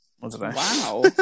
Wow